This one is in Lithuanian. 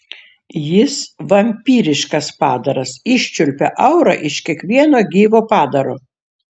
jis vampyriškas padaras iščiulpia aurą iš kiekvieno gyvo padaro